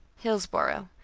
hillsboro',